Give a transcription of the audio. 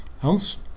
Hans